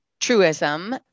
truism